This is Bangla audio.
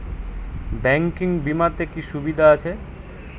ব্যাঙ্কিং বিমাতে কি কি সুবিধা আছে?